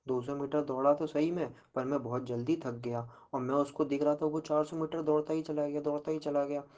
दो सो मीटर दौड़ा तो सही में पर मैं बहुत जल्दी थक गया और मैं उसको दिख रहा था वो चार सौ मीटर दौड़ता ही चला गया दौड़ता ही चला गया